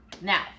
now